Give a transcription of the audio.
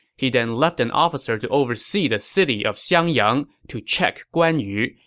he then left an officer to oversee the city of xiangyang to check guan yu,